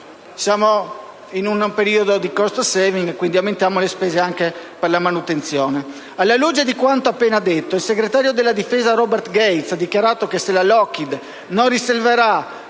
(siamo in un periodo di *cost saving,* quindi aumentiamo le spese anche per la manutenzione). Alla luce di quanto appena detto, il segretario alla difesa Robert Gates ha dichiarato che se la Lockheed non risolverà